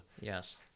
yes